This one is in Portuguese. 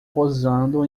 posando